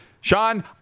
Sean